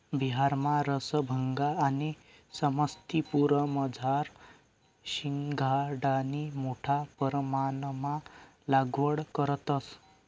बिहारमा रसभंगा आणि समस्तीपुरमझार शिंघाडानी मोठा परमाणमा लागवड करतंस